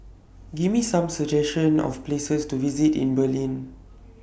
Give Me Some suggestions For Places to visit in Berlin